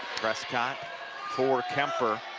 prescott for kuemper,